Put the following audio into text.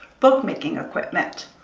bookmaking equipment,